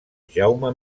jaume